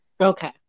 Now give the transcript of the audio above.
Okay